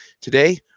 Today